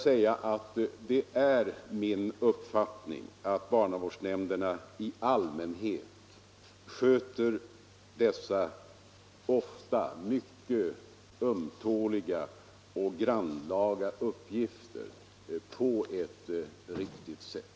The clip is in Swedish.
Det är min uppfattning att barnavårdsnämnderna i allmänhet sköter dessa ofta mycket ömtåliga och grannlaga uppgifter på ett riktigt sätt.